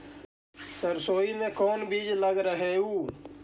सरसोई मे कोन बीज लग रहेउ?